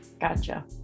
Gotcha